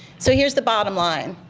so here's the bottom line.